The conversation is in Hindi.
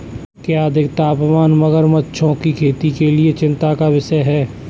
क्या अधिक तापमान मगरमच्छों की खेती के लिए चिंता का विषय है?